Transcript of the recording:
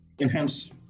enhance